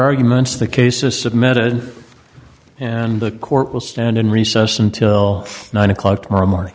arguments the case is submitted and the court will stand in recess until nine o'clock tomorrow morning